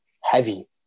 heavy